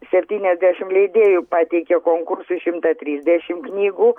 septyniasdešimt leidėjų pateikė konkursui šimtą trisdešimt knygų